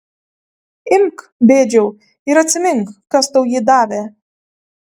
imk bėdžiau ir atsimink kas tau jį davė